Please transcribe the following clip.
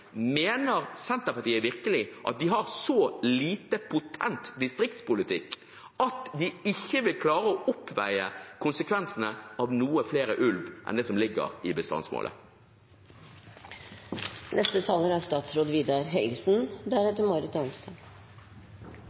Mener Senterpartiet virkelig at de har så lite potent distriktspolitikk at de ikke vil klare å oppveie konsekvensene av noe mer ulv enn det som ligger i bestandsmålet? Senterpartiet har fra representantene Arnstad,